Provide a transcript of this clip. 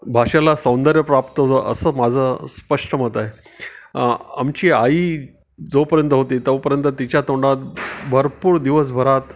भाषेला सौंदर्य प्राप्त होतं असं माझं स्पष्ट मत आहे आमची आई जोपर्यंत होती तोपर्यंत तिच्या तोंडात भरपूर दिवसभरात